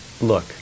look